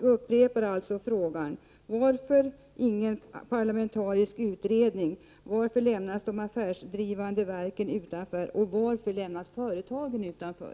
upprepar alltså mina frågor: Varför görs ingen parlamentarisk utredning? Varför lämnas de affärsdrivande verken utanför? Varför lämnas företagen utanför?